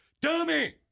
dummy